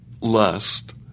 lust